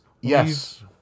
Yes